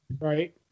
right